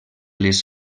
les